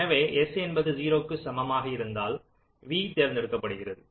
எனவே S என்பது 0 க்கு சமமாக இருந்தால் v தேர்ந்தெடுக்கப்படுகிறது